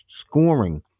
scoring